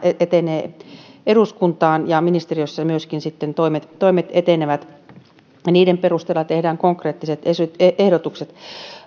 etenee eduskuntaan myöskin ministeriössä sitten toimet etenevät ja niiden perusteella tehdään konkreettiset ehdotukset